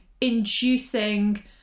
inducing